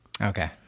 Okay